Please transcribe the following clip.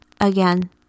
again